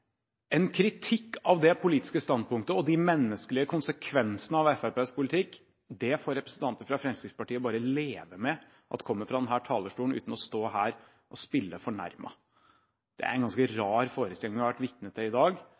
En kritikk av det politiske standpunktet og en påpekning av de menneskelige konsekvensene av Fremskrittspartiets politikk får representanter fra Fremskrittspartiet bare leve med kommer fra denne talerstolen, uten å stå her og spille fornærmet. Det er en ganske rar forestilling vi har vært vitner til i dag,